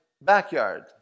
backyard